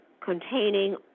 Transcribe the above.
containing